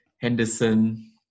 Henderson